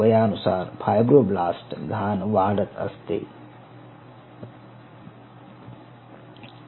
वयानुसार फायब्रोब्लास्ट घाण वाढत जाते